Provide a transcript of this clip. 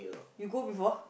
you go before